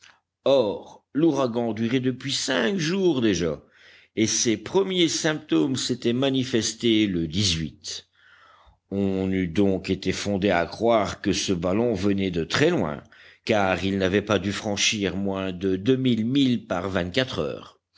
or l'ouragan durait depuis cinq jours déjà et ses premiers symptômes s'étaient manifestés le on eût donc été fondé à croire que ce ballon venait de très loin car il n'avait pas dû franchir moins de deux mille milles par vingt-quatre heures